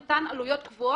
אין תחרות ביניהן?